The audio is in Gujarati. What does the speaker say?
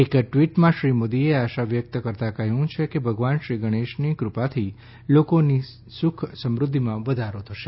એક ટવીટમાં શ્રી મોદીએ આશા વ્યકત કરતાં કહ્યું છે કે ભગવાન શ્રી ગણેશની કૃપાથી લોકોની સુખ સમૃઘ્ઘિમાં વધારો થશે